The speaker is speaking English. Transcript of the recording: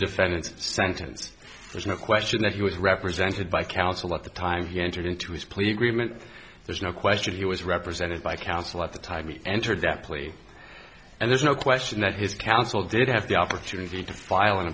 defendant's sentence there's no question that he was represented by counsel at the time he entered into his plea agreement there's no question he was represented by counsel at the time he entered that plea and there's no question that his counsel did have the opportunity to file an